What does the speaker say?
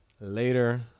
Later